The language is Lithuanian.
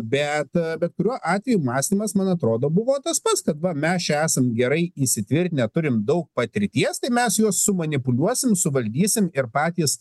bet bet kuriuo atveju mąstymas man atrodo buvo tas pats kad va mes čia esam gerai įsitvirtinę turim daug patirties tai mes juos su manipuliuosim suvaldysim ir patys